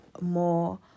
more